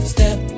Step